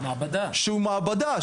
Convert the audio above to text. שהוא מעבדה,